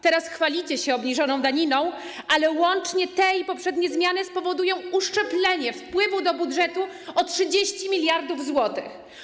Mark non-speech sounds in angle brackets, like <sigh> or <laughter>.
Teraz chwalicie się obniżoną <noise> daniną, ale łącznie te i poprzednie zmiany spowodują uszczuplenie wpływów do budżetu o 30 mld zł.